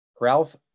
Ralph